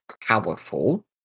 powerful